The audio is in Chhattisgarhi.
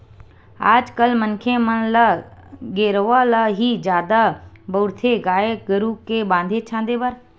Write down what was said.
आज कल मनखे मन ल गेरवा ल ही जादा बउरथे गाय गरु के बांधे छांदे बर